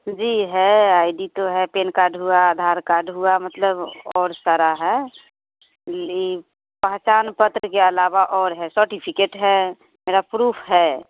जी है I D तो है पैन कार्ड हुआ आधार कार्ड हुआ मतलब और सारा है ली पहचान पत्र के अलावा और है सर्टिफिकेट है मेरा प्रूफ़ है